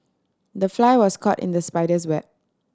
the fly was caught in the spider's web